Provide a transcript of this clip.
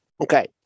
Okay